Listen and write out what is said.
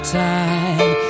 time